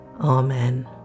Amen